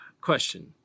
question